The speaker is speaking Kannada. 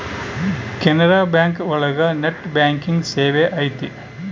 ಕೆನರಾ ಬ್ಯಾಂಕ್ ಒಳಗ ನೆಟ್ ಬ್ಯಾಂಕಿಂಗ್ ಸೇವೆ ಐತಿ